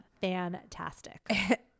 fantastic